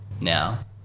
now